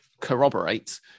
corroborate